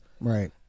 Right